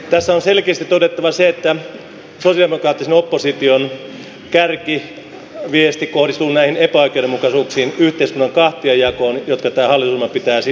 tässä on selkeästi todettava se että sosialidemokraattisen opposition kärkiviesti kohdistuu näihin epäoikeudenmukaisuuksiin ja yhteiskunnan kahtiajakoon jotka tämä hallitusohjelma pitää sisällään